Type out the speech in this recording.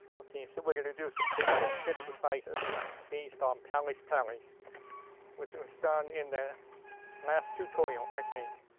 okay, so we're gonna do some basic exercises based on palis palis which was done in the last tutorial, i think.